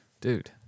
Dude